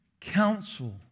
counsel